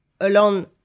alone